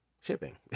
shipping